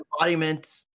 embodiment